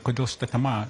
kodėl šita tema